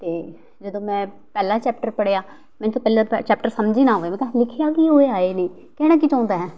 ਅਤੇ ਜਦੋਂ ਮੈਂ ਪਹਿਲਾ ਚੈਪਟਰ ਪੜ੍ਹਿਆ ਮੈਨੂੰ ਤਾਂ ਪਹਿਲਾ ਪ ਚੈਪਟਰ ਸਮਝ ਹੀ ਨਾ ਆਵੇ ਮੈਂ ਕਿਹਾ ਲਿਖਿਆ ਕੀ ਹੋਇਆ ਇਹਨੇ ਕਹਿਣਾ ਕੀ ਚਾਹੁੰਦਾ